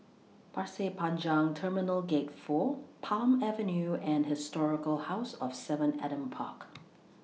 Pasir Panjang Terminal Gate four Palm Avenue and Historical House of seven Adam Park